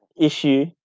issue